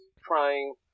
trying